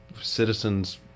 citizens